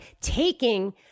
taking